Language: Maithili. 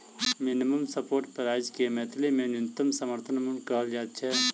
मिनिमम सपोर्ट प्राइस के मैथिली मे न्यूनतम समर्थन मूल्य कहल जाइत छै